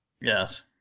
Yes